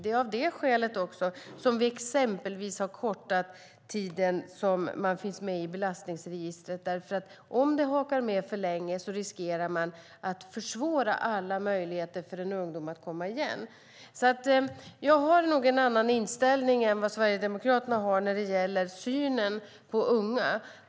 Det är också av det skälet som vi exempelvis har kortat tiden som en ung person finns med i belastningsregistret. Om det hakar med för länge riskerar man att försvåra alla möjligheter för en ungdom att komma igen. Jag har nog en annan inställning än vad Sverigedemokraterna har när det gäller synen på unga.